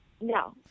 no